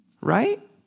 Right